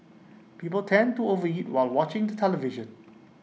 people tend to overeat while watching the television